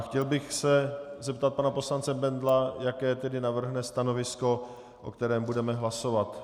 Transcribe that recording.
Chtěl bych se zeptat pana poslance Bendla, jaké tedy navrhne stanovisko, o kterém budeme hlasovat.